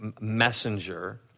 messenger